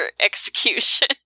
execution